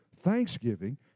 Thanksgiving